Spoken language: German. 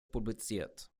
publiziert